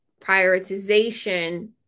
Prioritization